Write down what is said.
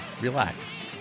relax